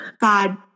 God